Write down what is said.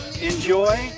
Enjoy